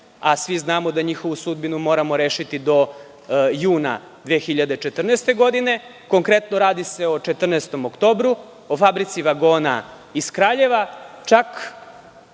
a svi znamo da njihovu sudbinu moramo da rešimo do juna 2014. godine. Konkretno, radi se o „14. oktobru“, o Fabrici vagona iz Kraljeva. Čak